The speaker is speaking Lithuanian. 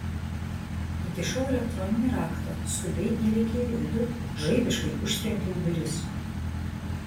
įkišau elektroninį raktą skubiai įlėkiau į vidų žaibiškai užtrenkiau duris